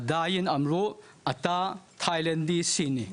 עדיין אמרו לי שאני תאילנדי וסיני".